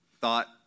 thought